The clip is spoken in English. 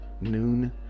noon